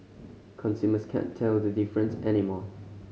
consumers can't tell the difference anymore